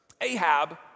Ahab